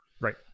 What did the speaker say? Right